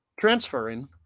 transferring